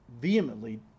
vehemently